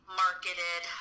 marketed